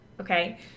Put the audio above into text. Okay